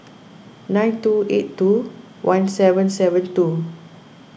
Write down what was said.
nine two eight two one seven seven two